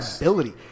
ability